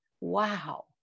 Wow